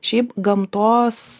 šiaip gamtos